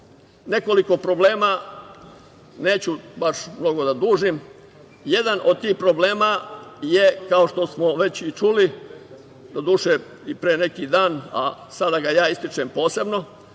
nekoliko problema, neću baš mnogo da dužim, a jedan od tih problema je, kao što smo već i čuli, doduše i pre neki dan, a sada ga ja ističem posebno